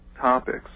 topics